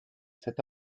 cet